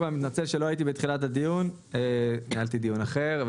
אני מתנצל שלא הייתי בתחילת הדיון כי ניהלתי דיון אחר.